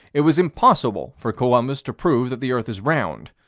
it was impossible for columbus to prove that the earth is round.